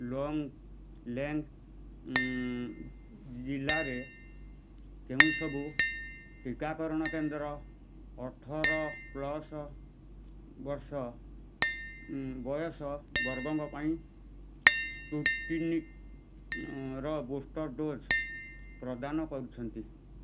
ଜିଲ୍ଲାରେ କେଉଁ ସବୁ ଟିକାକରଣ କେନ୍ଦ୍ର ଅଠର ପ୍ଲସ୍ ବର୍ଷ ବୟସ ବର୍ଗଙ୍କ ପାଇଁ ସ୍ପୁଟିନିକର ବୁଷ୍ଟର୍ ଡ଼ୋଜ୍ ପ୍ରଦାନ କରୁଛନ୍ତି